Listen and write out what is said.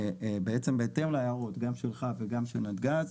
בעצם בהתאם להערות גם שלך וגם של נתגז,